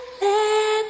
let